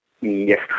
Yes